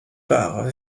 par